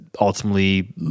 ultimately